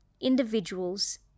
individuals